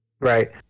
right